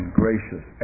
gracious